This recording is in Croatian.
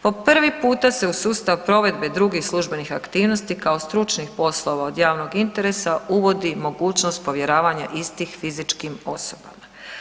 Po prvi puta se u sustav provedbe drugih službenih aktivnosti kao stručnih poslova od javnog interesa, uvodi mogućnost povjeravanja istih fizičkim osobama.